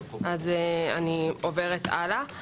אני עוברת הלאה.